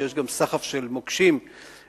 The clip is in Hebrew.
שיש גם סחף של מוקשים בערבה,